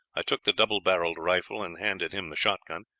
i took the double barreled rifle and handed him the shotgun,